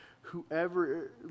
Whoever